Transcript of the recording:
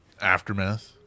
aftermath